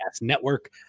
Network